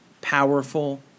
powerful